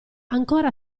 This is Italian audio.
ancora